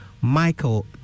Michael